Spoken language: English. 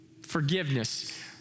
Forgiveness